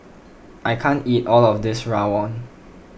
I can't eat all of this Rawon